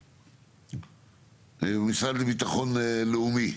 משרד לביטחון לאומי,